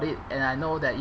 it and I know that it